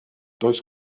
does